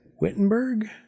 Wittenberg